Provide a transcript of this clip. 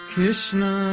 Krishna